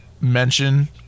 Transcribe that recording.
mention